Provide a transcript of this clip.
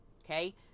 Okay